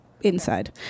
inside